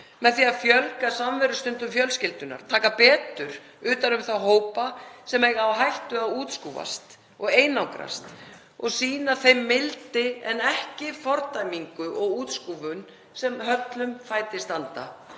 með því að fjölga samverustundum fjölskyldunnar, taka betur utan um þá hópa sem eiga á hættu að útskúfast og einangrast og sýna þeim mildi en ekki fordæmingu og útskúfun sem höllum fæti standa.